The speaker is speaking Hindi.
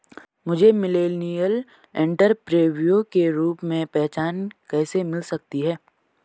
मुझे मिलेनियल एंटेरप्रेन्योर के रूप में पहचान कैसे मिल सकती है?